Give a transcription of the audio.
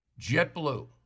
JetBlue